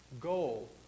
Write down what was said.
goal